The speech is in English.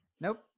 Nope